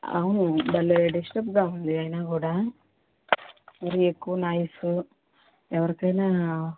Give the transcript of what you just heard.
అవును భలే డిస్టర్బ్గా ఉంది అయినా కూడా మరీ ఎక్కువ నాయిస్ ఎవరికి అయినా